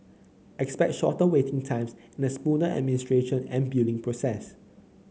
expect shorter waiting times the smoother administration and billing process